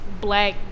black